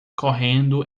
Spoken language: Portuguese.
correndo